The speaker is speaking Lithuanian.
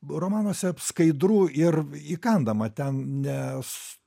romanuose skaidru ir įkandama ten nes